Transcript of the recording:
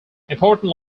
important